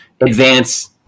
advance